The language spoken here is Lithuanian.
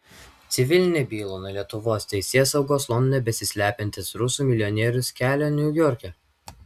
civilinę bylą nuo lietuvos teisėsaugos londone besislepiantis rusų milijonierius kelia niujorke